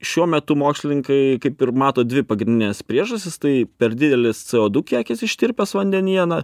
šiuo metu mokslininkai kaip ir mato dvi pagrindines priežastis tai per didelis c o du kiekis ištirpęs vandenyje na